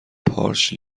پارچ